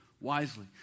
wisely